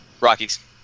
Rockies